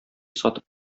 сатып